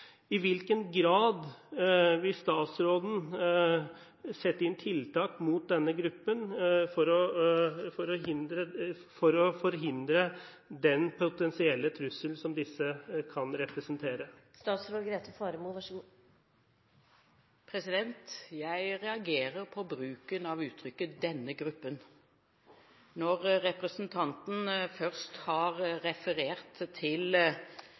I hvilken grad vil statsråden sette inn tiltak mot denne gruppen for å forhindre den potensielle trusselen som disse kan representere? Jeg reagerer på bruken av uttrykket «denne gruppen». Når representanten først har referert til